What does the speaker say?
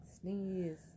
Sneeze